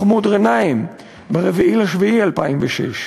מחמוד ע'נאים, ב-4 ביולי 2006,